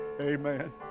Amen